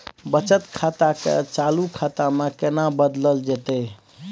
बचत खाता के चालू खाता में केना बदलल जेतै?